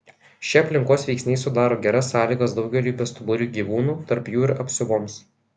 šie aplinkos veiksniai sudaro geras sąlygas daugeliui bestuburių gyvūnų tarp jų ir apsiuvoms